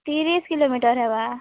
ତିରିଶ୍ କିଲୋମିଟର୍ ହେବା